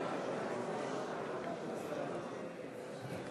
(קוראת בשמות חברי הכנסת)